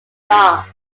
dark